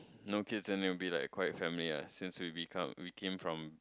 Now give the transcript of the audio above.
no kids then they will be like quite a family lah since we become we came from